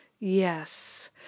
Yes